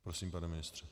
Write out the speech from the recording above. Prosím, pane ministře.